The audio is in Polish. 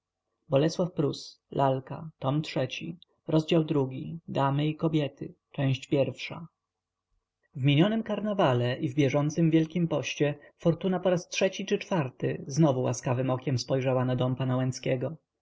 napoleonidami a wokulski z panią stawską w minionym karnawale i w bieżącym wielkim poście fortuna po raz trzeci czy czwarty znowu łaskawem okiem spojrzała na dom